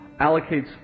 allocates